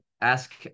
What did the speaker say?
ask